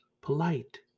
polite